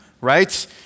right